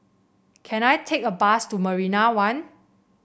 can I take a bus to Marina One